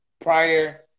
prior